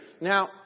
Now